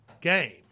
game